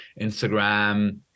Instagram